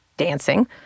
dancing